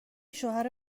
شوهر